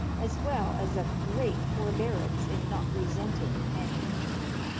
as well as of great forbearance in not resenting an injury.